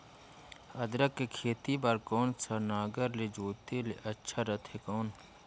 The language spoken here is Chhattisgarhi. अदरक के खेती बार कोन सा नागर ले जोते ले अच्छा रथे कौन?